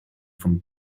from